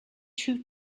two